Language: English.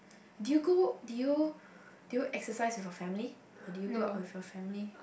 do you go do you do you exercise with your family or do you go out with your family